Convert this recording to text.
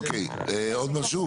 אוקיי, עוד משהו?